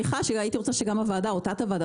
הייתי רוצה שגם הוועדה או ועדת המשנה